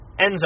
Enzo